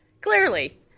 Clearly